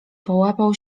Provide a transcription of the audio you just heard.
połapał